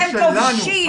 אתם כובשים.